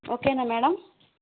ఓకేనా మేడమ్